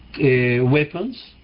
weapons